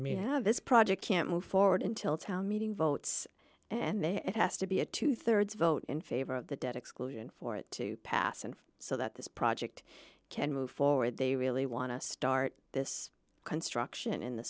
may have this project can't move forward until a town meeting votes and then it has to be a two thirds vote in favor of the debt exclusion for it to pass and so that this project can move forward they really want to start this construction in the